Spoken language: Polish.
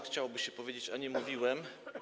Chciałoby się powiedzieć: A nie mówiłem?